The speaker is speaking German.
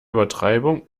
übertreibung